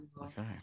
Okay